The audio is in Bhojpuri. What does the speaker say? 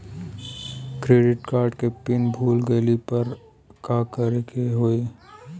क्रेडिट कार्ड के पिन भूल गईला पर का करे के होई?